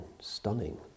stunning